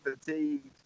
fatigued